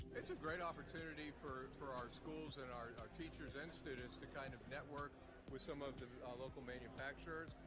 it's a great opportunity for for our schools and our our teachers and students to kind of network with some of the local manufacturers.